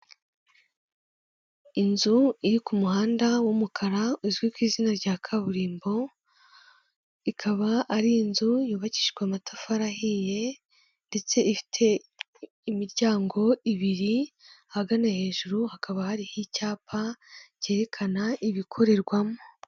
Inzu iri ku muhanda w'umukara uzwi ku izina rya kaburimbo, ikaba ari inzu yubakishijwe amatafari ahiye ndetse ifite imiryango ibiri, ahagana hejuru hakaba hariho icyapa cyerekana ibikorerwamo.